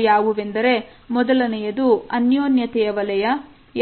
ಅವು ಯಾವುವೆಂದರೆ ಮೊದಲನೆಯದು ಅನ್ಯೋನ್ಯತೆಯ ವಲಯ